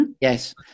Yes